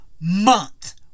month